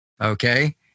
okay